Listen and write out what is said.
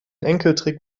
enkeltrick